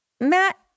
Matt